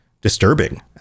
disturbing